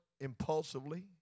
impulsively